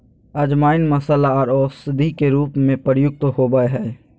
अजवाइन मसाला आर औषधि के रूप में प्रयुक्त होबय हइ